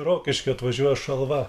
rokiškio atvažiuoja šalva